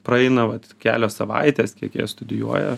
praeina vat kelios savaitės kiek jie studijuoja